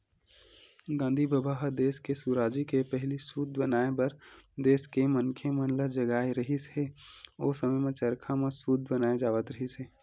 गांधी बबा ह देस के सुराजी के पहिली सूत बनाए बर देस के मनखे मन ल जगाए रिहिस हे, ओ समे म चरखा म सूत बनाए जावत रिहिस हे